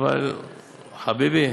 אבל חביבי,